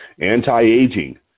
Anti-aging